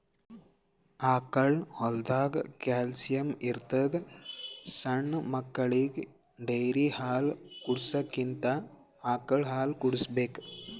ಆಕಳ್ ಹಾಲ್ದಾಗ್ ಕ್ಯಾಲ್ಸಿಯಂ ಇರ್ತದ್ ಸಣ್ಣ್ ಮಕ್ಕಳಿಗ ಡೇರಿ ಹಾಲ್ ಕುಡ್ಸಕ್ಕಿಂತ ಆಕಳ್ ಹಾಲ್ ಕುಡ್ಸ್ಬೇಕ್